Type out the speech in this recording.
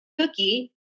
cookie